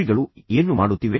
ಕಿವಿಗಳು ಏನು ಮಾಡುತ್ತಿವೆ